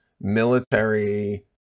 military